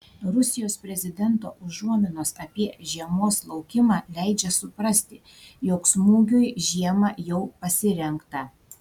rusijos prezidento užuominos apie žiemos laukimą leidžia suprasti jog smūgiui žiemą jau pasirengta